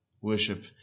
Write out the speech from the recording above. Worship